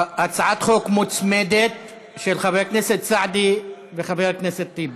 הצעת חוק מוצמדת של חבר הכנסת סעדי וחבר הכנסת טיבי.